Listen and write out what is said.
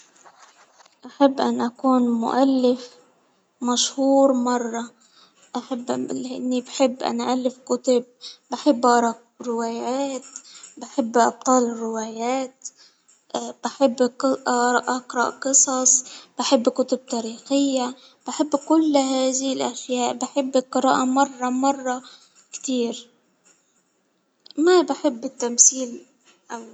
أحب أن أكون مؤلف مشهور مرة، أحب إني بحب أن ألف كتاب، بحب أقرأ روايات، بحب أبطال الروايات، بحب اقرأ قصص. بحب كتب تاريخية، بحب كل الأشياء. بحب القراءة مرة مرة. كتير. ما بحب التمثيل اوي.